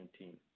2019